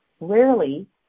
Rarely